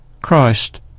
Christ